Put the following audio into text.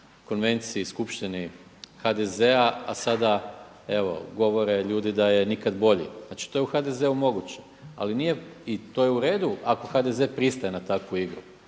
konvenciji i skupštini HDZ-a a sada evo govore ljudi da je nikad bolje. Znači to je u HDZ-u moguće i to je uredu ako HDZ pristaje na takvu igru.